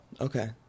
Okay